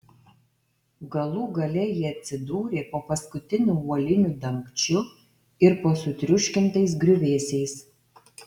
galų gale jie atsidūrė po paskutiniu uoliniu dangčiu ir po sutriuškintais griuvėsiais